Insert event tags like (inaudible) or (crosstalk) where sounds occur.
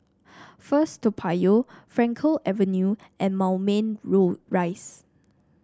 First Toa Payoh Frankel Avenue and Moulmein (unintelligible) Rise